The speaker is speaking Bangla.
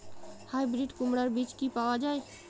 হাইব্রিড কুমড়ার বীজ কি পাওয়া য়ায়?